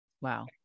Wow